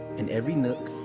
and every nook,